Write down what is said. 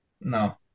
No